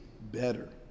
better